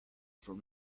from